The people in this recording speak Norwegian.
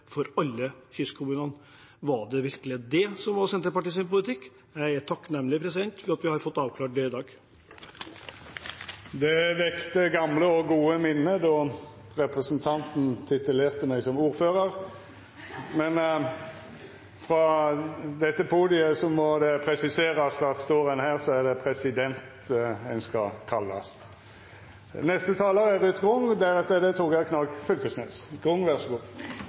har fått avklart det i dag. Det vekte gamle og gode minne då representanten titulerte meg som ordførar. Men frå dette podiet må det presiserast at står ein her, er det president ein skal kallast. Jeg skal prøve å gi ærlige og saklige svar på spørsmålene jeg fikk fra representanten Knag Fylkesnes.